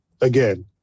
again